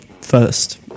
first